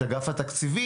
את אגף התקציבים,